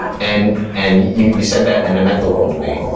and and you said that, and it meant the world to me.